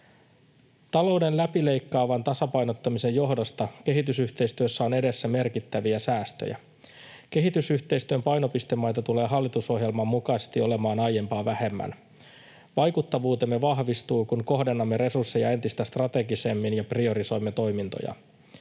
Talouden läpileikkaavan tasapainottamisen johdosta kehitysyhteistyössä on edessä merkittäviä säästöjä. Kehitysyhteistyön painopistemaita tulee hallitusohjelman mukaisesti olemaan aiempaa vähemmän. Vaikuttavuutemme vahvistuu, kun kohdennamme resursseja entistä strategisemmin ja priorisoimme toimintoja.